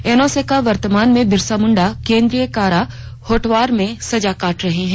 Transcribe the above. एनोस एक्का वर्तमान में बिरसा मुंडा केंद्रीय कारा होटवार में सजा काट रहे हैं